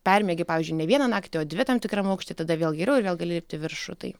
permiegi pavyzdžiui ne vieną naktį o dvi tam tikram aukšty tada vėl geriau ir vėl gali lipt į viršų tai